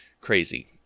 crazy